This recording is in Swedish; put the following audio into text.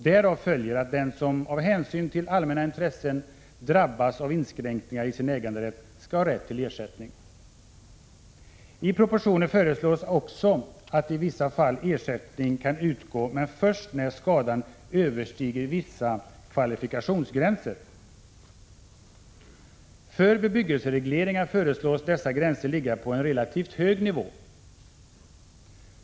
Därav följer att den som av hänsyn till det allmänna intresset drabbas av inskränkningar i sin äganderätt skall ha rätt till ersättning. I propositionen föreslås också att ersättning i vissa fall skall utgå men först när skadan överstiger vissa kvalifikationsgränser. För bebyggelseregleringar föreslås dessa gränser ligga på en relativt hög nivå.